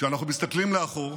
כשאנחנו מסתכלים לאחור,